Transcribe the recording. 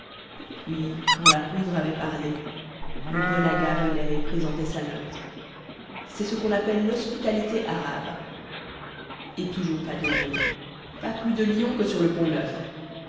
puis quand la poudre avait parlé le bon aga venait et présentait sa note c'est ce qu'on appelle l'hospitalité arabe et toujours pas de lions pas plus de lions que sur le